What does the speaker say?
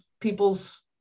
people's